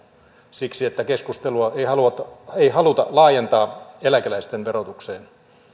siksi että keskustelua ei haluta laajentaa eläkeläisten verotukseen